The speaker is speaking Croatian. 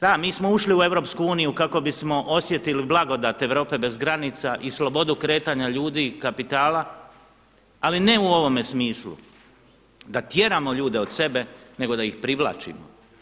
Da, mi smo ušli u Europsku uniju kako bismo osjetili blagodat Europe bez granica i slobodu kretanja ljudi, kapitala ali ne u ovome smislu da tjeramo ljude od sebe nego da ih privlačimo.